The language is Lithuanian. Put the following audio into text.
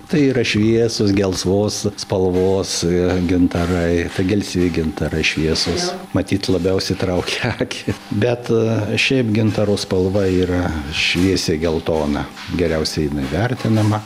tai yra šviesios gelsvos spalvos gintarai gelsvi gintarai šviesūs matyt labiausiai traukia akį bet šiaip gintaro spalva yra šviesiai geltona geriausiai vertinama